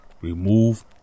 Remove